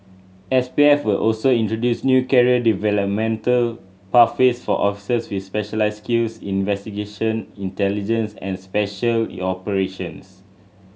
S P F will also introduce new career developmental pathways for officers with specialised skills investigation intelligence and special operations